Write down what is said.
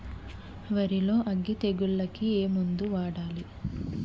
వరిలో అగ్గి తెగులకి ఏ మందు వాడాలి?